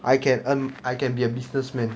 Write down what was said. I can earn I can be a businessman